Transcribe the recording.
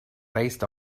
based